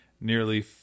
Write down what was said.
nearly